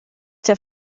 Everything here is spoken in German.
der